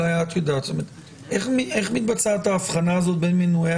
אולי את יודעת איך מתבצעת האבחנה בין מנועי